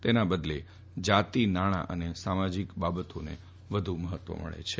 તેના બદલ જાતિ નાણાં અને સામાજિક બાબતોને વધુ મહત્વ મળે છે